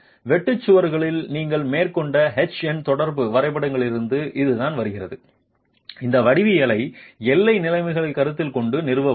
வெட்டு சுவர்களுக்காக நீங்கள் மேற்கொண்ட H N தொடர்பு வரைபடங்களிலிருந்து இதுதான் வருகிறது இந்த வடிவவியலை எல்லை நிலைமைகள் கருத்தில் கொண்டு நிறுவ உதவும்